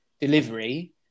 delivery